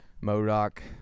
Modoc